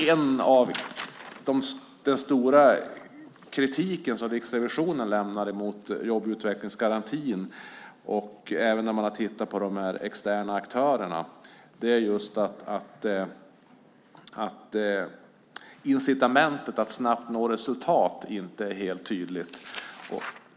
En stor del av kritiken som Riksrevisionen lämnar mot jobb och utvecklingsgarantin även när man har tittat på de externa aktörerna är just att incitamentet att snabbt nå resultat inte är helt tydligt.